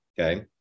okay